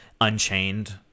unchained